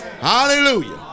Hallelujah